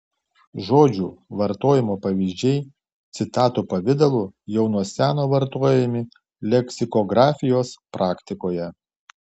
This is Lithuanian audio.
žodžių vartojimo pavyzdžiai citatų pavidalu jau nuo seno vartojami leksikografijos praktikoje